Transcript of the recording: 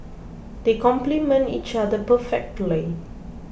they complement each other perfectly